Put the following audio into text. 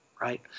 Right